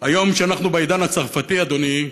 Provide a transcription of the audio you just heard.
היום, כשאנחנו בעידן הצרפתי, אדוני,